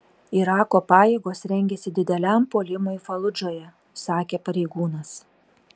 irako pajėgos rengiasi dideliam puolimui faludžoje sakė pareigūnas